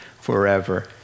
forever